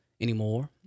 anymore